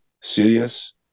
serious